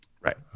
Right